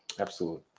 absolutely,